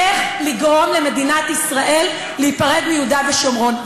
איך לגרום למדינת ישראל להיפרד מיהודה ושומרון.